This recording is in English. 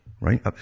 right